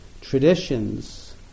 traditions